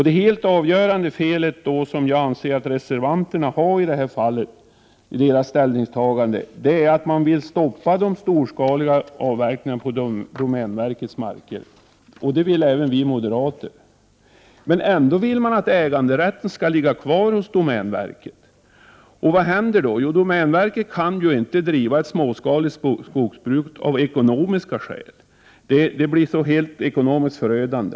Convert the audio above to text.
Det helt avgörande fel som reservanterna enligt min mening gör är att de vill stoppa de storskaliga avverkningarna på domänverkets marker — det vill även vi moderater — samtidigt som man vill att äganderätten skall ligga kvar hos domänverket. Vad händer då? Jo, domänverket kan ju av ekonomiska skäl inte driva ett småskaligt skogsbruk. Det skulle bli ekonomiskt förödande.